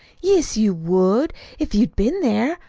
yes, you would, if you'd been there.